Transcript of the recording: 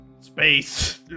space